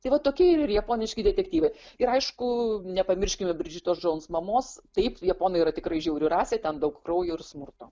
tai va tokia yra japoniški detektyvai ir aišku nepamirškime bridžitos džons mamos taip japonai yra tikrai žiauri rasė ten daug kraujo ir smurto